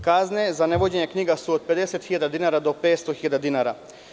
Kazne za nevođenje knjiga su od 50 hiljada dinara do 500 hiljada dinara.